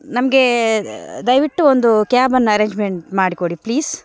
ನಮಗೆ ದಯವಿಟ್ಟು ಒಂದು ಕ್ಯಾಬನ್ನು ಅರೆಂಜ್ಮೆಂಟ್ ಮಾಡ್ಕೊಡಿ ಪ್ಲೀಸ್